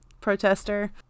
protester